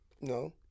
No